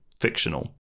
fictional